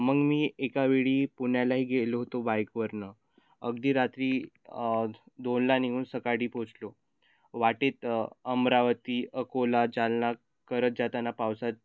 मग मी एकावेळी पुण्यालाही गेलो होतो बाईकवरनं अगदी रात्री दोनला निघून सकाळी पोचलो वाटेत अमरावती अकोला जालना करत जाताना पावसात